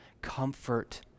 comfort